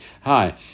Hi